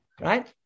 Right